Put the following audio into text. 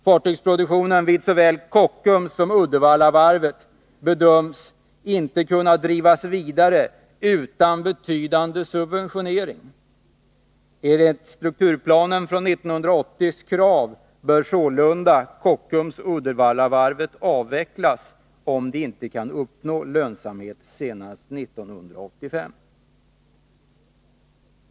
Fartygsproduktionen vid såväl Kockums som Uddevallavarvet bedöms inte kunna drivas vidare utan betydande subventionering. Enligt kravenistrukturplanen från 1980 bör sålunda Kockums och Uddevallavarvet avvecklas, om de inte kan uppnå lönsamhet senast 1985.